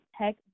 tech